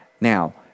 Now